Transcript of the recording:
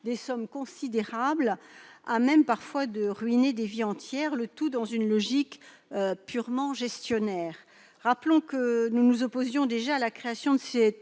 des sommes considérables et peuvent parfois ruiner des vies entières, le tout dans une logique purement gestionnaire. Rappelons que nous nous étions déjà opposés à cette